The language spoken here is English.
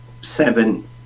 Seven